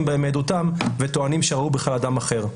בהם מעדותם וטוענים שראו בכלל אדם אחר.